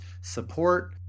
support